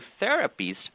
therapies